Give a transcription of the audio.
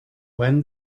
when